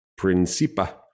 Principa